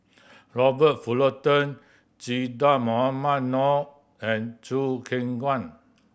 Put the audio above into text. Robert Fullerton Che Dah Mohamed Noor and Choo Keng Kwang